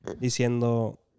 diciendo